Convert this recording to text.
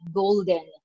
golden